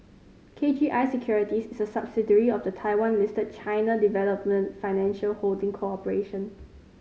K G I Securities is a subsidiary of the Taiwan Listed China Development Financial Holding Corporation